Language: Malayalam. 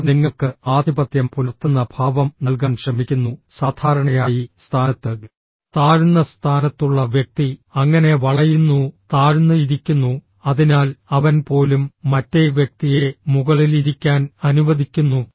അവർ നിങ്ങൾക്ക് ആധിപത്യം പുലർത്തുന്ന ഭാവം നൽകാൻ ശ്രമിക്കുന്നു സാധാരണയായി സ്ഥാനത്ത് താഴ്ന്ന സ്ഥാനത്തുള്ള വ്യക്തി അങ്ങനെ വളയുന്നു താഴ്ന്ന് ഇരിക്കുന്നു അതിനാൽ അവൻ പോലും മറ്റേ വ്യക്തിയെ മുകളിൽ ഇരിക്കാൻ അനുവദിക്കുന്നു